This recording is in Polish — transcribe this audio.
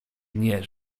nie